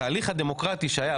התהליך הדמוקרטי שהיה,